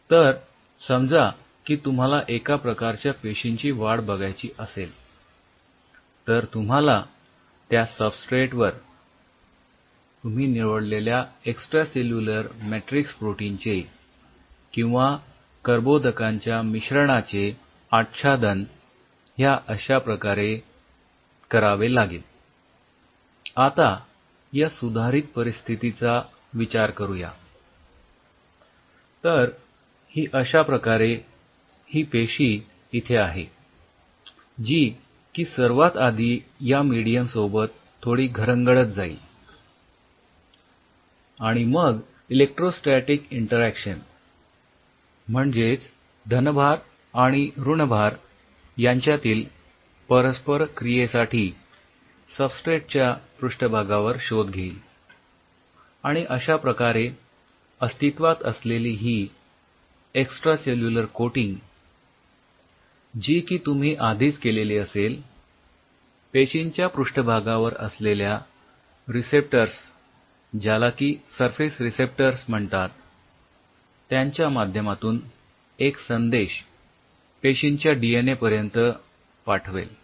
तर समजा की तुम्हाला एका प्रकारच्या पेशींची वाढ बघायची असेल तर तुम्हाला त्या सबस्ट्रेट वर ज्याला की सरफेस रिसेप्टर म्हणतात त्यांच्या माध्यमातून एक संदेश पेशींच्या डीएनए पर्यंत पाठवेल